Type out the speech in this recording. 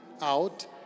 out